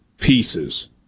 pieces